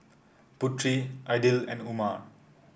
Putri Aidil and Umar